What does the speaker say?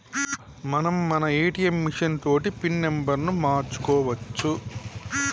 మనం మన ATM machine తోటి పిన్ నెంబర్ను మార్చుకోవచ్చు